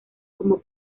como